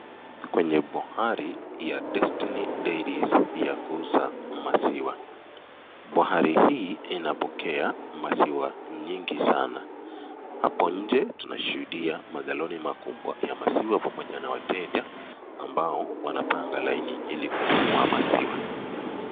Kwenye bohari ya Destiny Dairies , ya kuuza maziwa. Bohari hii inapokea maziwa nyingi sana. Hapo nje tunashuhudia magaloni makubwa ya maziwa, pamoja na wateja, ambao wanapanga laini ili kununua maziwa.